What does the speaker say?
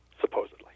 supposedly